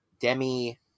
Demi